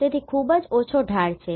તેથી ખૂબ જ ઓછો ઢાળ છે